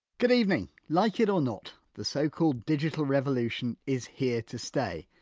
good evening. like it or not the so-called digital revolution is here to stay.